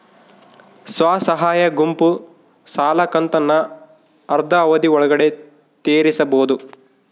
ಸ್ವಸಹಾಯ ಗುಂಪು ಸಾಲದ ಕಂತನ್ನ ಆದ್ರ ಅವಧಿ ಒಳ್ಗಡೆ ತೇರಿಸಬೋದ?